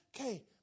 Okay